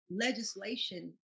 legislation